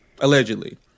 allegedly